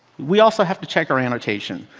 we also have to check our annotation.